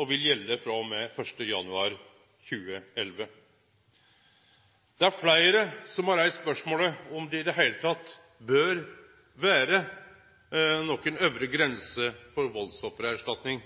og vil gjelde frå og med 1. januar 2011. Det er fleire som har reist spørsmålet om det i det heile bør vere nokon øvre grense for valdsoffererstatning.